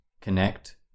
connect